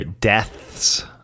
Deaths